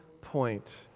point